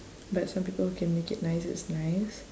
but some people can make it nice that's nice